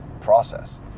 process